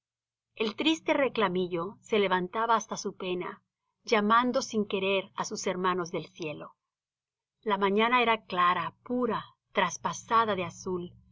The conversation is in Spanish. el triste reclamillo se levantaba hasta su pena llamando sin querer a sus hermanos del cielo la mañana era clara pura traspasada de azul